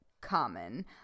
common